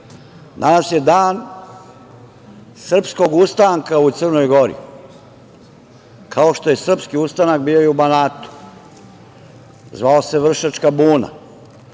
danas je dan srpskog ustanka u Crnoj Gori, kao što je srpski ustanak bio i u Banatu. Zvao se Vršačka buna.